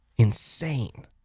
insane